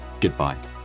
goodbye